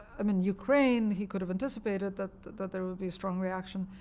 i mean, ukraine, he could have anticipated that that there would be a strong reaction.